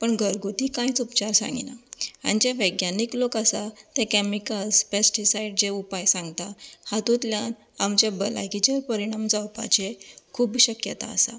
पूण घरगुती कांयच उपचार सांगनात आनी जे वेज्ञानीक लोक आसात ते कॅमिकल्स पॅस्टीसायड जे उपाय सांगता हातूंतल्यान आमचे भलायकीचेर परिणाम जावपाचे खूब शक्यताय आसा